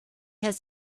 has